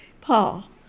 Paul